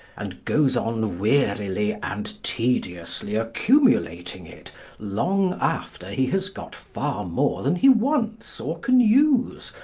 and goes on wearily and tediously accumulating it long after he has got far more than he wants, or can use,